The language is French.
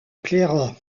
plaira